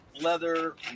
leather